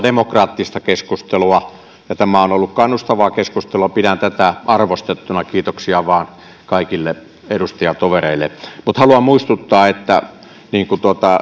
demokraattista keskustelua ja tämä on ollut kannustavaa keskustelua ja pidän tätä arvostettavana kiitoksia kaikille edustajatovereille mutta haluan muistuttaa että niin kuin